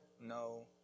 no